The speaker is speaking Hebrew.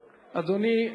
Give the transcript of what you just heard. אדוני,